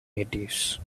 natives